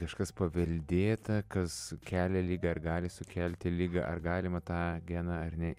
kažkas paveldėta kas sukelia ligą ar gali sukelti ligą ar galima tą geną ar ne